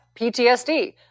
PTSD